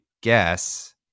guess